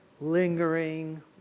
lingering